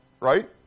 right